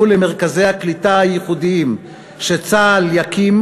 למרכזי הקליטה הייחודיים שצה"ל יקים,